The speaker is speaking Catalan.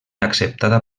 acceptada